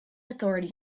authority